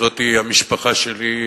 זוהי המשפחה שלי,